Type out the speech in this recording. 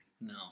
No